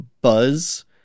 buzz